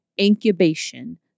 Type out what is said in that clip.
incubation